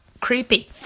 creepy